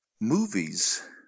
movies